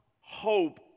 hope